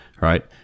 right